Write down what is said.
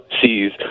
sees